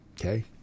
okay